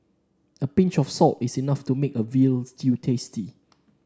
a pinch of salt is enough to make a veal stew tasty